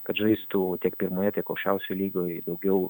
kad žaistų tiek pirmoje tiek aukščiausioje lygoje daugiau